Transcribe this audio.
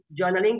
journaling